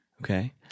okay